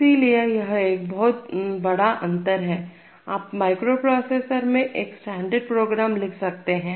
इसलिए यह एक बढ़ा अंतर है आप माइक्रोप्रोसेसर में एक स्टैंडर्ड प्रोग्राम लिख सकते हैं